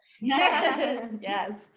Yes